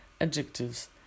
adjectives